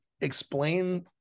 explain